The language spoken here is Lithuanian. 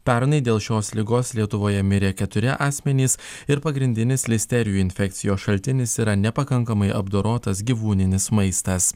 pernai dėl šios ligos lietuvoje mirė keturi asmenys ir pagrindinis listerijų infekcijos šaltinis yra nepakankamai apdorotas gyvūninis maistas